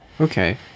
Okay